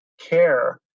care